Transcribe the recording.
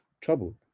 troubled